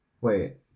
Wait